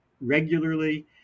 regularly